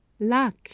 luck